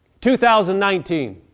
2019